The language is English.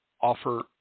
offer